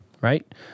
Right